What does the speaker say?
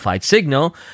Signal